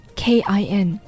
k-i-n